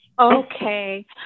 Okay